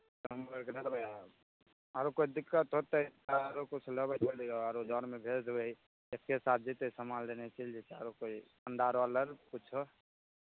कस्टमरकेँ दऽ देबै आरो कोइ दिक्कत होतै तऽ आरो किछु लेबै तऽ लिअ आरो जनमे भेज देबै एक्के साथ जेतै समान लेने चलि जेतै आरो कोइ अण्डा रोल अर किछो